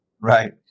Right